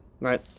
right